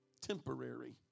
Temporary